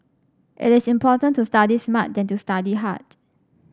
it is important to study smart than to study hard